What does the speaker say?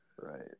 Right